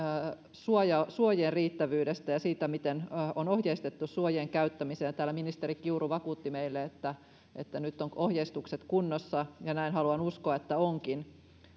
suojien riittävyydestä ja siitä miten on ohjeistettu suojien käyttämiseen täällä ministeri kiuru vakuutti meille että että nyt ovat ohjeistukset kunnossa ja haluan uskoa että näin onkin